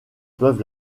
peuvent